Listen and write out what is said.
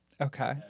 Okay